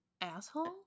asshole